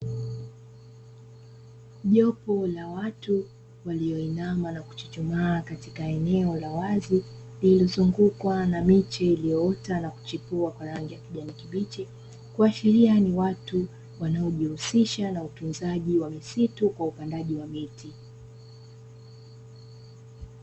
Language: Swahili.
Jopo la watu walioinama na kuchuchumaa katika eneo la wazi lililozungukwa na miche iliyoota na kuchipua kwa rangi ya kijani kibichi, kuashiria ni watu wanaojihusisha na utunzaji wa misitu kwa upandaji wa miti.